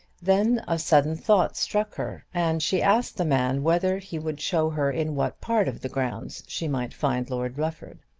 then a sudden thought struck her, and she asked the man whether he would show her in what part of the grounds she might find lord rufford.